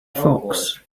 fox